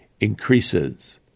increases